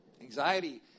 Anxiety